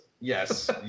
Yes